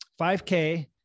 5k